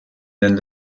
den